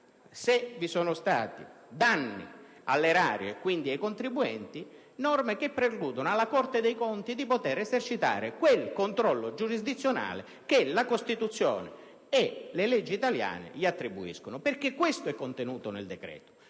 eventuali danni all'erario e quindi ai contribuenti. Tali norme, infatti, precludono alla Corte dei conti la possibilità di esercitare quel controllo giurisdizionale che la Costituzione e le leggi italiane le attribuiscono, perché questo è contenuto nel decreto.